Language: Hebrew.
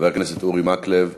חבר הכנסת אורי מקלב,